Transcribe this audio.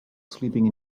sleeping